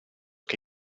che